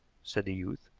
said the youth.